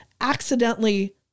accidentally